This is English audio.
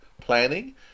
planning